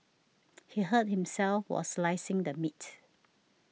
he hurt himself while slicing the meat